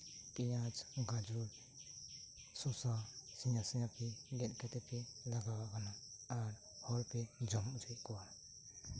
ᱯᱮᱸᱭᱟᱡ ᱜᱟᱡᱚᱨ ᱥᱚᱥᱟ ᱥᱮᱭᱟ ᱥᱮᱭᱟᱯᱮ ᱜᱮᱫ ᱠᱟᱛᱮ ᱯᱮ ᱞᱟᱜᱟᱣᱟᱜ ᱠᱟᱱᱟ ᱟᱨ ᱦᱚᱲᱯᱮ ᱡᱚᱢ ᱦᱚᱪᱩᱭᱮᱫ ᱠᱚᱣᱟ